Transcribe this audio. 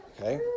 Okay